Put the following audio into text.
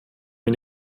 mir